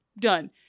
Done